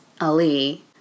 Ali